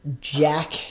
Jack